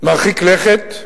מרחיק לכת,